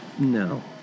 No